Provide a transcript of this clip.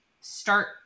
start